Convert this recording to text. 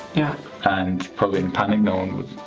yeah. and probably in panic no one would